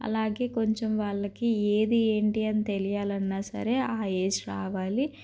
అలాగే కొంచెం వాళ్ళకి ఏది ఏంటి అని తెలియాలన్నా సరే ఆ ఏజ్ రావాలి